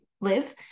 live